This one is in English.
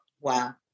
Wow